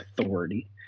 authority